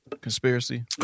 conspiracy